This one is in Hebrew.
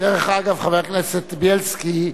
דרך אגב, חבר הכנסת בילסקי,